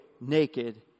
naked